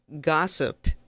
gossip